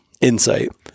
insight